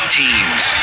teams